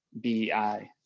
B-I